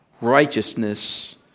righteousness